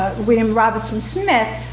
william robertson smith,